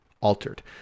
altered